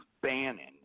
Bannon